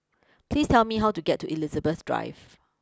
please tell me how to get to Elizabeth Drive